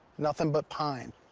nothing but pine.